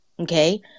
Okay